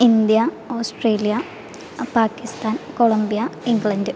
India Australia Pakistan Columbia England